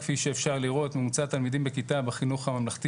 כפי שאפשר לראות ממוצע תלמידים בכיתה בחינוך הממלכתי